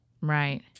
Right